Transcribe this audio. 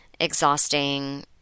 exhausting